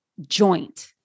joint